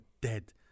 dead